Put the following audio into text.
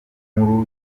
nkuru